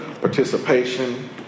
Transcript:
Participation